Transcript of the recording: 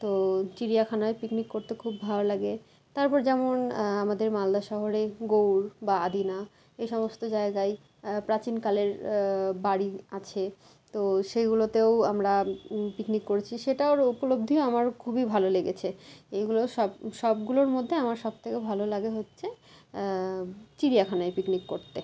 তো চিড়িয়াখানায় পিকনিক করতে খুব ভালো লাগে তারপর যেমন আমাদের মালদা শহরে গৌড় বা আদিনা এই সমস্ত জায়গায় প্রাচীনকালের বাড়ি আছে তো সেইগুলোতেও আমরা পিকনিক করেছি সেটার উপলব্ধিও আমার খুবই ভালো লেগেছে এইগুলো সব সবগুলোর মধ্যে আমার সব থেকে ভালো লাগে হচ্ছে চিড়িয়াখানায় পিকনিক করতে